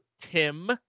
Tim